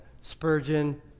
Spurgeon